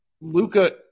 Luca